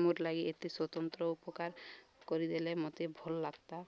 ମୋର୍ ଲାଗି ଏତେ ସ୍ୱତନ୍ତ୍ର ଉପକାର କରିଦେଲେ ମୋତେ ଭଲ୍ ଲାଗ୍ତା